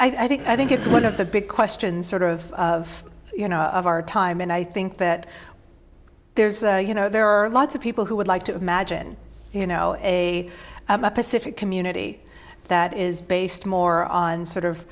i think i think it's one of the big questions sort of you know of our time and i think that there's you know there are lots of people who would like to imagine you know a pacific community that is based more on sort of